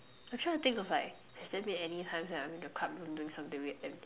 I'm trying to think of like has there been any times where I'm in the club doing doing something weird and